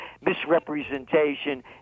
misrepresentation